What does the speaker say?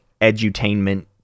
edutainment